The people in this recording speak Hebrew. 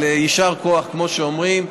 אבל יישר כוח, כמו שאומרים.